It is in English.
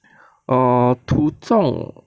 err 土种